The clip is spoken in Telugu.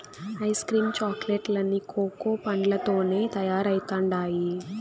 ఐస్ క్రీమ్ చాక్లెట్ లన్నీ కోకా పండ్లతోనే తయారైతండాయి